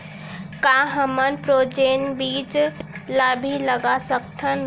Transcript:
का हमन फ्रोजेन बीज ला भी लगा सकथन?